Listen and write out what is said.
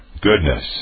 goodness